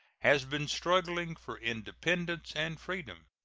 has been struggling for independence and freedom.